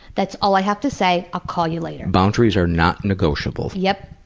that's all i have to say, i'll call you later. boundaries are not negotiable. yep,